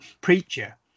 Preacher